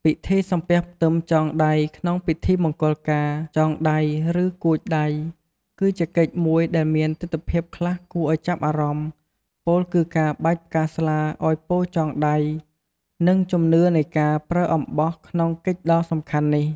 ពិធីសំពះផ្ទឹមចងដៃក្នុងពិធីមង្គលការ “ចងដៃ” ឬ “កួចដៃ” គឺជាកិច្ចមួយដែលមានទិដ្ឋភាពខ្លះគួរឱ្យចាប់អារម្មណ៍ ពោលគឺការបាចផ្កាស្លាឱ្យពរចងដៃ និងជំនឿនៃការប្រើអំបោះក្នុងកិច្ចដ៏សំខាន់នេះ។